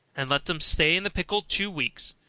and let them stay in the pickle two weeks,